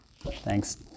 Thanks